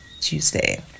Tuesday